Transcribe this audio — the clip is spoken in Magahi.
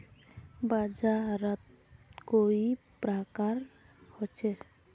बाजार त कई प्रकार होचे?